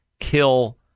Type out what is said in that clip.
kill